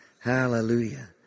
Hallelujah